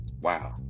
Wow